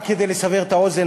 רק כדי לסבר את האוזן,